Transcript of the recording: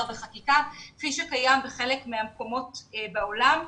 בחקיקה כפי שקיים בחלק מהמקומות בעולם.